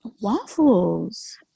Waffles